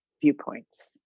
viewpoints